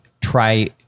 try